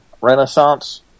Renaissance